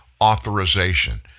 authorization